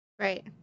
Right